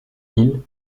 isle